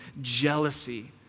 jealousy